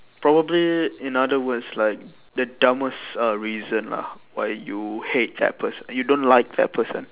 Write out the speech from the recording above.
probably in other words like the dumbest uh reason ah why you hate that person you don't like that person